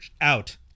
out